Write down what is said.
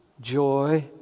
joy